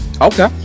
Okay